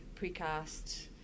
precast